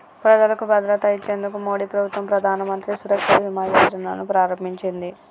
ప్రజలకు భద్రత ఇచ్చేందుకు మోడీ ప్రభుత్వం ప్రధానమంత్రి సురక్ష బీమా యోజన ను ప్రారంభించింది